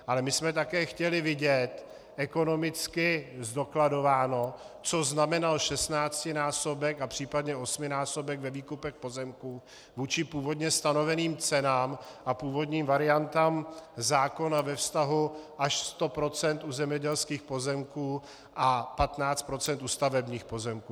Ale my jsme také chtěli vidět ekonomicky zdokladováno, co znamenal šestnáctinásobek a případně osminásobek ve výkupech pozemků vůči původně stanoveným cenám a původním variantám zákona ve vztahu až 100 % u zemědělských pozemků a 15 % u stavebních pozemků.